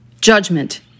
judgment